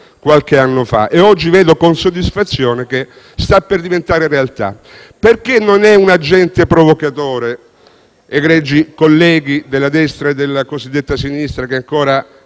qualche anno fa. Oggi vedo con soddisfazione che sta per diventare realtà. Perché non è un agente provocatore, egregi colleghi della destra e della cosiddetta sinistra, che ancora